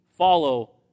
follow